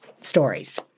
stories